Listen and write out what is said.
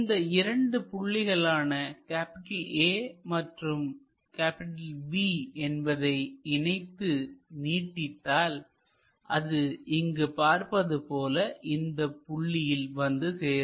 இந்த இரண்டு புள்ளிகளான A மற்றும் B என்பதை இணைத்து நீடித்தால்அது இங்கு பார்ப்பதுபோல இந்தப் புள்ளியில் வந்து சேரும்